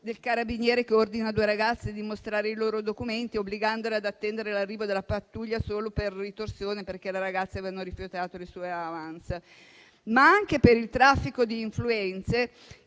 del carabiniere che ordina a due ragazze di mostrare i loro documenti obbligandole ad attendere l'arrivo della pattuglia solo per ritorsione, perché le ragazze avevano rifiutato le sue *avance*. Ma anche per il traffico di influenze